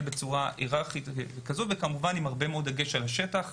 בצורה היררכית וכמובן עם הרבה דגש על שטח.